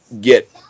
get